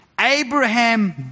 Abraham